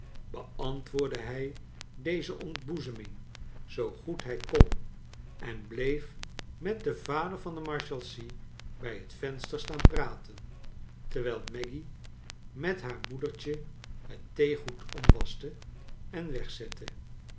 beantwoordde hij deze ontboezeming zoo goed hij kon en bleef met den vader van de marshal sea bij het venster staan praten terwijl maggy met haar moedertje het theegoed omwaschte en wegzette